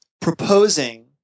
proposing